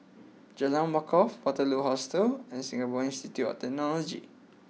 Jalan Wakaff Waterloo Hostel and Singapore Institute of Technology